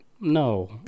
No